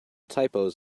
typos